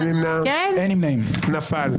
נפל.